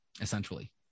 essentially